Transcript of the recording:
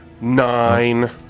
Nine